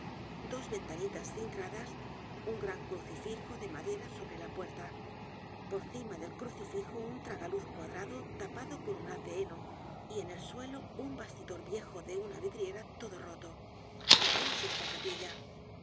dos ventanitas cintradas un gran crucifijo de madera sobre la puerta por cima del crucifijo un tragaluz cuadrado tapado con un haz de heno y en el suelo un bastidor viejo de una vidriera todo roto tal es esta capilla